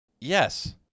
Yes